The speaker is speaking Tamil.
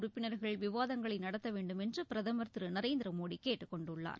உறுப்பினர்கள் விவாதங்களை நடத்த வேண்டும் என்று பிரதமர் திரு நரேந்திர மோடி கேட்டுக்கொண்டுள்ளார்